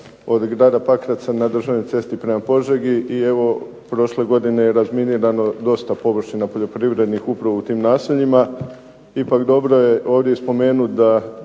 od grada Pakraca na državnoj cesti prema Požegi i evo prošle godine je razminirano dosta površina poljoprivrednih upravo u tim naseljima. Ipak dobro je ovdje spomenut da